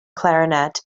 clarinet